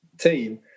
team